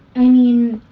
i mean,